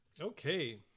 Okay